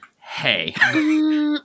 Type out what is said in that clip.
hey